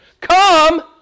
come